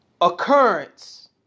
Occurrence